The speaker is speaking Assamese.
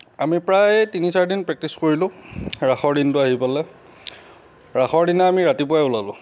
আমি প্ৰায় তিনি চাৰি দিন পেকটিছ কৰিলোঁ ৰাসৰ দিনটো আহি পালে ৰাসৰ দিনা আমি ৰাতিপুৱাই ওলালোঁ